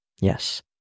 Yes